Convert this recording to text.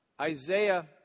Isaiah